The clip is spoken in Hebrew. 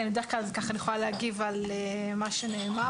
כן, בדרך כלל אני יכולה להגיב על מה שנאמר.